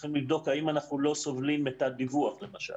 צריכים לבדוק האם אנחנו לא סובלים את הדיווח למשל.